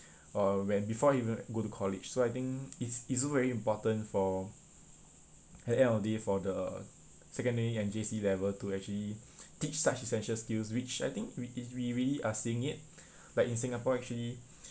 or when before he even go to college so I think it's it's very important for at the end of the day for the secondary and J_C level to actually teach such essential skills which I think we we really are seeing it like in singapore actually